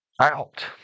Out